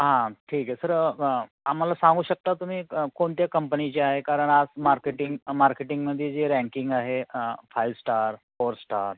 हां ठीक आहे सर आम्हाला सांगू शकता तुम्ही कोणत्या कंपनीचे आहे कारण आज मार्केटिंग मार्केटिंगमधी जे रँकिंग आहे फाईव स्टार फोर स्टार